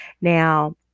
now